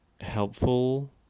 helpful